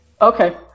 okay